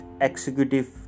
executive